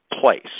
place